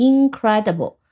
Incredible